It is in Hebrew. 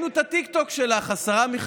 יש לך שר ערבי